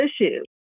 issue